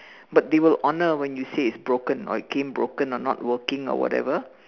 but they will honor when you say it's broken or became broken or not working or whatever